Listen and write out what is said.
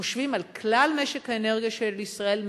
חושבים על כלל משק האנרגיה של ישראל,